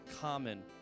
common